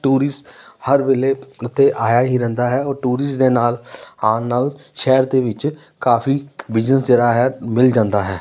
tourist ਹਰ ਵੇਲੇ ਇੱਥੇ ਆਇਆ ਹੀ ਰਹਿੰਦਾ ਹੈ ਔਰ ਟੂਰਿਸਟ ਦੇ ਨਾਲ ਆਉਣ ਨਾਲ ਸ਼ਹਿਰ ਦੇ ਵਿੱਚ ਕਾਫੀ ਬਿਜ਼ਨਸ ਜਿਹੜਾ ਹੈ ਮਿਲ ਜਾਂਦਾ ਹੈ